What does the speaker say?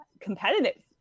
competitive